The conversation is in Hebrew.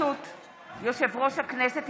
יושב-ראש הכנסת,